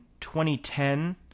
2010